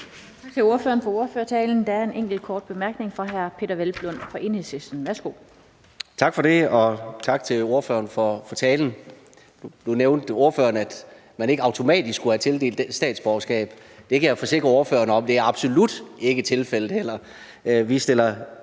Tak til ordføreren for ordførertalen. Der er en enkelt kort bemærkning fra hr. Peder Hvelplund fra Enhedslisten. Værsgo. Kl. 16:52 Peder Hvelplund (EL): Tak for det, og tak til ordføreren for talen. Nu nævnte ordføreren, at man ikke automatisk skulle have tildelt statsborgerskab. Det kan jeg forsikre ordføreren om absolut heller ikke er tilfældet. Vi stiller